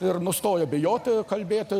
ir nustojo bijoti kalbėti